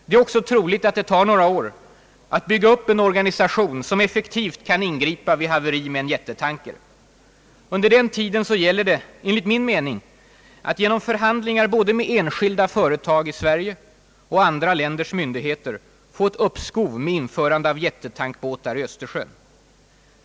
Det är också troligt att det tar några år att bygga upp en organisation som effektivt kan ingripa vid haveri med en jättetanker. Under den tiden gäller det, enligt min mening, att genom förhandlingar både med enskilda företag i Sverige och med andra länders myndigheter få ett uppskov med trafik av jättetankbåtar i Östersjön.